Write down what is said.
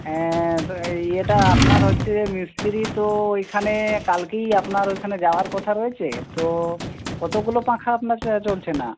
হ্যাঁ তো এই এটা আপনার হচ্ছে মিস্ত্রি তো ওইখানে কালকেই আপনার ওইখানে যাওয়ার কথা রয়েছে তো কতগুলো পাখা আপনার চলছে না